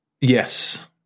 Yes